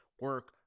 Work